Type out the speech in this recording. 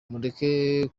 mureke